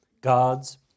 God's